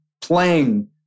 playing